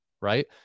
Right